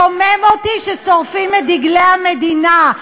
מקומם אותי כששורפים את דגלי המדינה,